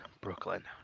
Brooklyn